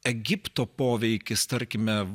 egipto poveikis tarkime